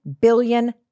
billion